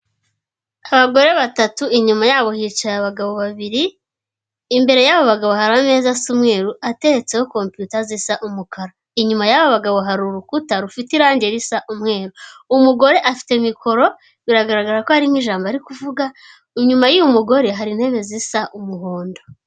Abagore batatu inyuma yabo hicaye abagabo babiri, imbere y'aba bagabo ba hari ameza asa umweru atetseho kompyuta zisa umukara, inyuma y'aba bagabo hari urukuta rufite irangi risa umweru, umugore afite mikoro biragaragara ko ari nk'ijambo ari kuvuga, inyuma y'uyu mugore hari intebe zisa umuhondo.